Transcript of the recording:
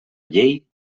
llei